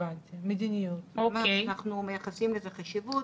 אנחנו מייחסים לזה חשיבות,